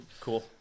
Cool